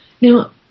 Now